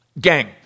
Gang